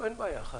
אין בעיה.